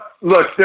Look